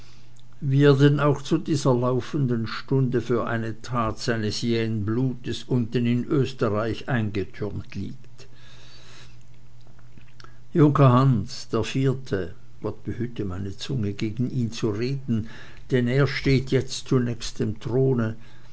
wie er denn auch zu dieser laufenden stunde für eine tat seines jähen blutes unten in österreich eingetürmt liegt junker hans der vierte gott behüte meine zunge gegen ihn zu reden denn er steht jetzt zunächst dem throne